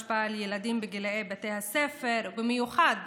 ויש גם השפעה על ילדים בגילי בתי הספר, במיוחד